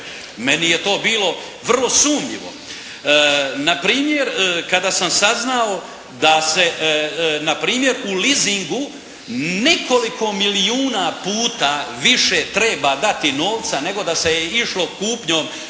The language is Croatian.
Meni je to bilo vrlo sumnjivo. Npr. kada sam saznao da se npr. u leasingu nekoliko milijuna puta više treba dati novca nego da se je išlo kupnjom